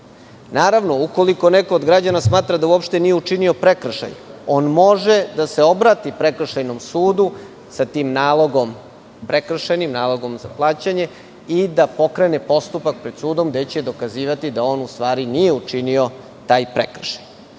Naravno, ukoliko neko od građana smatra da uopšte nije učinio prekršaj, on može da se obrati prekršajnom sudu sa tim prekršajnim nalogom, nalogom za plaćanje, i da pokrene postupak pred sudom, gde će dokazivati da on, u stvari, nije učinio taj prekršaj. Ono